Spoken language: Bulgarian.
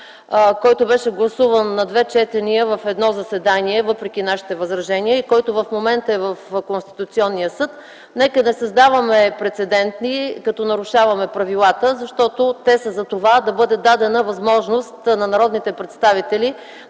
който беше гласуван на две четения в едно заседание, въпреки нашите възражения, и в момента е в Конституционния съд. Нека не създаваме прецеденти, като нарушаваме правилата, защото те са затова да бъде дадена възможност на народните представители